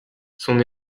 son